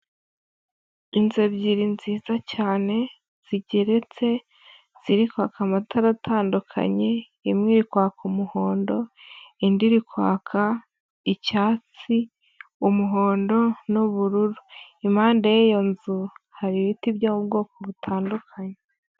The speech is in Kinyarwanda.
Inzu ebyiri nziza cyane, zigeretse, ziri kwaka amatara atandukanye, imwe iri kwaka umuhondo, indi iri kwaka icyatsi, umuhondo n'ubururu. Impande y'iyo nzu, hari ibiti by'ubwoko butandukanye.